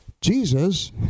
Jesus